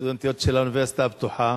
ולסטודנטיות של האוניברסיטה הפתוחה.